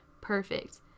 perfect